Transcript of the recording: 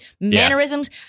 mannerisms